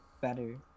better